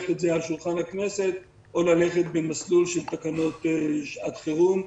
את זה על שולחן הכנסת או ללכת במסלול של תקנות שעת חירום.